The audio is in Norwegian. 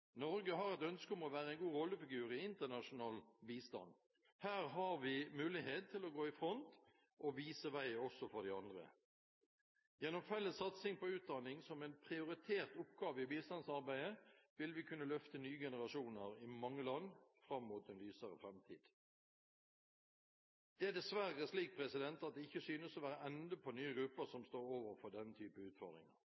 Norge har et ønske om å være en god rollefigur innen internasjonal bistand. Her har vi mulighet til å gå i front og vise vei også for de andre. Gjennom felles satsing på utdanning som en prioritert oppgave i bistandsarbeidet vil vi kunne løfte nye generasjoner i mange land fram mot en lysere framtid. Det er dessverre slik at det ikke synes å være en ende på nye grupper